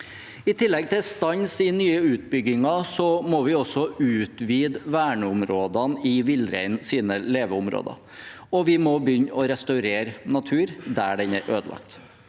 I tillegg til stans i nye utbygginger må vi også utvide verneområdene i villreinens leveområder. Vi må begynne å restaurere natur der den er ødelagt.